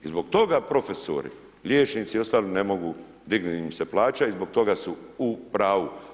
I zbog toga profesori, liječnici, i ostali ne mogu, dignuti im se plaća i zbog toga su u pravu.